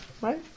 right